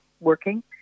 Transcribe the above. working